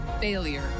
failure